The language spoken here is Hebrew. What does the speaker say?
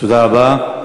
תודה רבה.